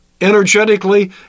energetically